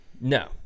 No